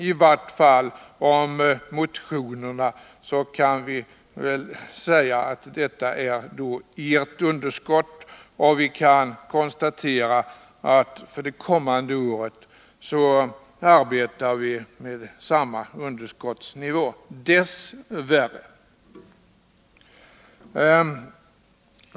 I vart fall med tanke på vad som anförs i motionerna kan vi väl säga att detta också är ert underskott, och vi kan konstatera att vi för det kommande året får arbeta med, dess värre, samma underskottsnivå.